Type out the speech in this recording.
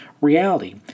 reality